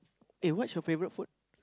eh what's your favourite food